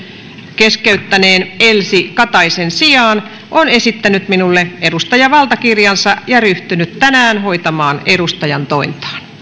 keskeyttäneen elsi kataisen sijaan on esittänyt minulle edustajanvaltakirjansa ja ryhtynyt tänään hoitamaan edustajantointaan